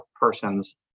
person's